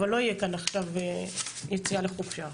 אבל לא תהיה כאן עכשיו יציאה לחופשה.